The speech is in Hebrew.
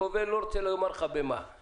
אני לא רוצה לומר במה זה גובל,